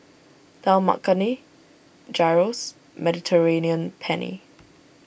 Dal Makhani Gyros Mediterranean Penne